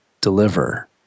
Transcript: deliver